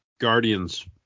Guardians